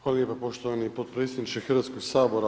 Hvala lijepa poštovani potpredsjedniče Hrvatskog sabora.